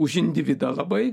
už individą labai